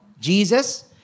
Jesus